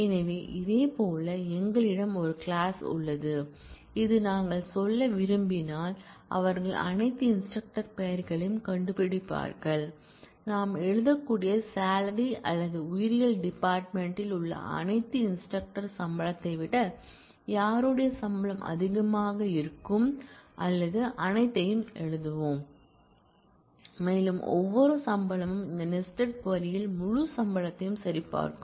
எனவே இதேபோல் எங்களிடம் ஒரு கிளாஸ் உள்ளது இது நாங்கள் சொல்ல விரும்பினால் அவர்கள் அனைத்து இன்ஸ்டிரக்டர் பெயர்களையும் கண்டுபிடிப்பார்கள் நாம் எழுதக்கூடிய சாலரி அல்லது உயிரியல் டிபார்ட்மென்ட் யில் உள்ள அனைத்து இன்ஸ்டிரக்டர் சம்பளத்தை விட யாருடைய சம்பளம் அதிகமாக இருக்கும் அல்லது அனைத்தையும் எழுதுவோம் மேலும் ஒவ்வொரு சம்பளமும் இந்த நெஸ்டட் க்வரி ல் முழு சம்பளத்தையும் சரிபார்க்கும்